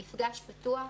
מפגש פתוח,